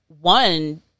one